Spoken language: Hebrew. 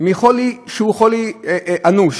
מחולי שהוא חולי אנוש.